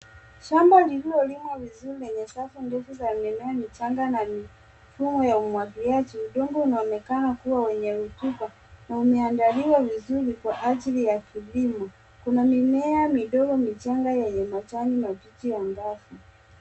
Shamba lililolimwa vizuri lenye safu ndefu za mimea, michanga na mifumo ya umwagiliaji. Udongo unaonekana kuwa wenye rutuba na umeandaliwa vizuri kwa ajili ya kilimo. Kuna mimea midogo michanga yenye majani mabichi angavu.